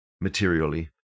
materially